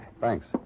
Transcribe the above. Thanks